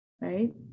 right